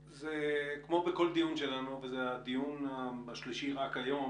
כמו בכל דיון שלנו ואנחנו בדיון השלישי להיום,